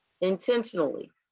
intentionally